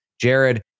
Jared